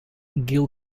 gill